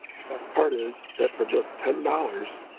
the best part is that for just ten dollars,